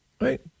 right